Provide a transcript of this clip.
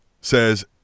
says